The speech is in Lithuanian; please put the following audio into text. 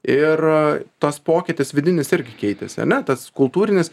ir tas pokytis vidinis irgi keitėsi ar ne tas kultūrinis